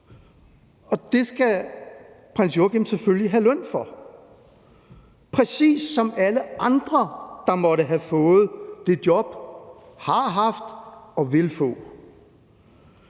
og det job skal prins Joachim selvfølgelig have løn for, præcis som alle andre, der måtte have fået, har haft og vil få